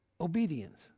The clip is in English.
obedience